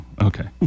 okay